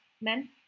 men